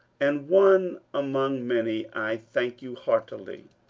and, one among many, i thank you heartily.